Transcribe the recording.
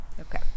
Okay